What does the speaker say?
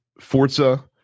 Forza